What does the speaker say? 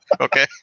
Okay